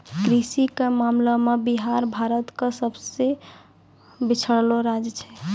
कृषि के मामला मे बिहार भारतो के सभ से पिछड़लो राज्य छै